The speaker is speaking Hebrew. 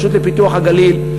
הרשות לפיתוח הגליל,